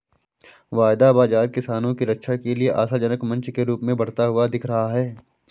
वायदा बाजार किसानों की रक्षा के लिए आशाजनक मंच के रूप में बढ़ता हुआ दिख रहा है